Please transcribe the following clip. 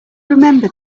remember